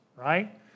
right